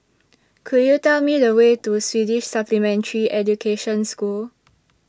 Could YOU Tell Me The Way to Swedish Supplementary Education School